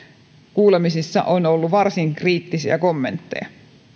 kuulemisissa on ollut varsin kriittisiä kommentteja